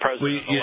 president